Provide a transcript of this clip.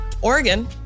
Oregon